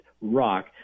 rock